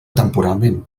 temporalment